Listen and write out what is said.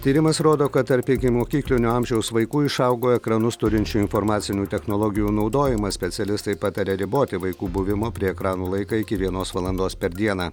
tyrimas rodo kad tarp ikimokyklinio amžiaus vaikų išaugo ekranus turinčių informacinių technologijų naudojimas specialistai pataria riboti vaikų buvimo prie ekranų laiką iki vienos valandos per dieną